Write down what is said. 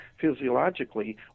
physiologically